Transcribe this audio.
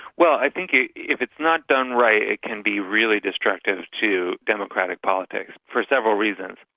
well, i think if it's not done right it can be really destructive to democratic politics. for several reasons.